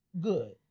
good